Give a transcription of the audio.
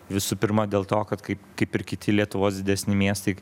visų pirma dėl to kad kaip kaip ir kiti lietuvos didesni miestai